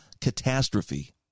Catastrophe